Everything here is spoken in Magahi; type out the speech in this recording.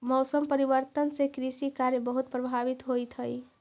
मौसम परिवर्तन से कृषि कार्य बहुत प्रभावित होइत हई